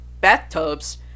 bathtubs